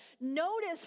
Notice